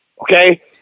okay